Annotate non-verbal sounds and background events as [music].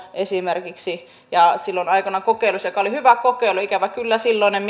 esimerkiksi työterveyshuolto ja silloin aikanaan kokeilussa joka oli hyvä kokeilu ikävä kyllä silloinen [unintelligible]